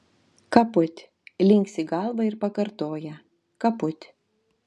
kaput linksi galvą ir pakartoja kaput